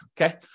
okay